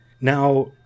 now